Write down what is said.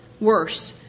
worse